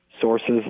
sources